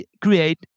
Create